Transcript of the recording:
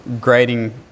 grading